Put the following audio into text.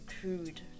crude